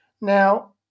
Now